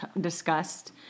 discussed